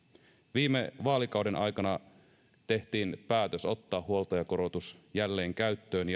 viime vaalikauden aikana tehtiin päätös ottaa huoltajakorotus jälleen käyttöön